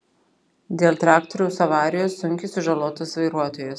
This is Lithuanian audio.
dėl traktoriaus avarijos sunkiai sužalotas vairuotojas